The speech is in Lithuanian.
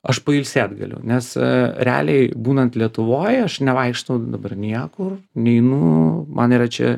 aš pailsėt galiu nes realiai būnant lietuvoj aš nevaikštau dabar niekur neinu man yra čia